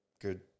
good